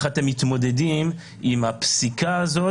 איך אתם מתמודדים עם הפסיקה הזאת,